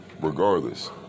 regardless